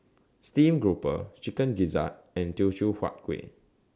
Stream Grouper Chicken Gizzard and Teochew Huat Kueh